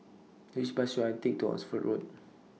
Which Bus should I Take to Oxford Road